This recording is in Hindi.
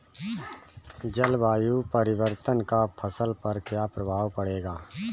जलवायु परिवर्तन का फसल पर क्या प्रभाव पड़ेगा?